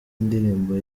indirimbo